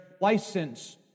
license